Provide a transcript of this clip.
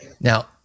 Now